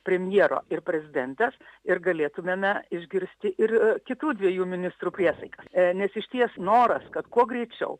premjero ir prezidentės ir galėtumėme išgirsti ir kitų dviejų ministrų priesaiką nes išties noras kad kuo greičiau